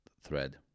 thread